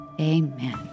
Amen